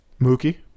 Mookie